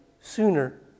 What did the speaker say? sooner